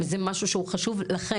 וזה משהו שהוא חשוב לכם,